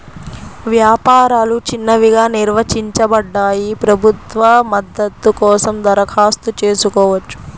వ్యాపారాలు చిన్నవిగా నిర్వచించబడ్డాయి, ప్రభుత్వ మద్దతు కోసం దరఖాస్తు చేసుకోవచ్చు